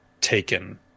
taken